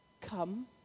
come